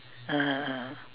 (uh huh) (uh huh)